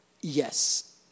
yes